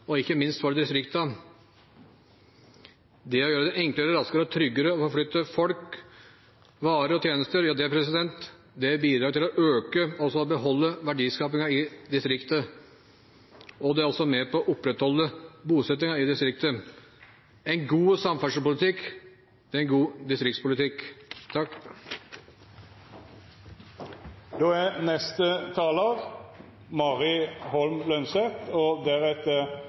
og ikke minst for distriktene. Det å gjøre det enklere, raskere og tryggere å forflytte folk, varer og tjenester bidrar til å øke og også beholde verdiskapingen i distriktene. Det er også med på å opprettholde bosettingen i distriktene. En god samferdselspolitikk er en god distriktspolitikk. Det er kommunene som har ansvaret for grunnleggende velferdstjenester som barnehage, skole og